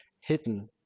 hidden